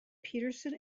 peterson